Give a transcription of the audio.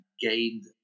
gained